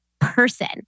person